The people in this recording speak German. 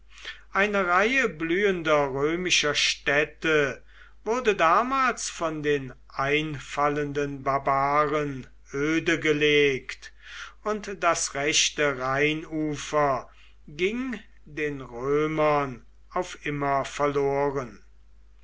eine reihe blühender römischer städte wurde damals von den einfallenden barbaren ödegelegt und das rechte rheinufer ging den römern auf immer verloren